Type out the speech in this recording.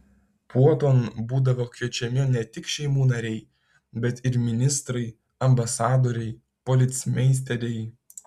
puoton būdavo kviečiami ne tik šeimų nariai bet ir ministrai ambasadoriai policmeisteriai